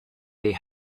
they